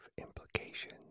implications